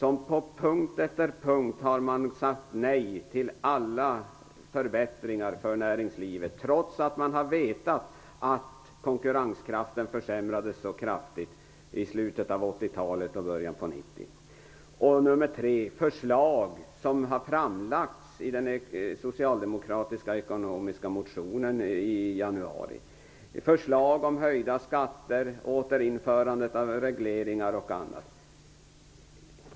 På punkt efter punkt har man sagt nej till alla förbättringar för näringslivet, trots att man har vetat att konkurrenskraften försämrades kraftigt i slutet av 80-talet och början av 90-talet. För det tredje har förslag framlagts i den socialdemokratiska ekonomiska motionen i januari. Det är förslag om höjda skatter, återinförande av regleringar och annat.